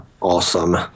awesome